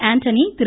Antony Thiru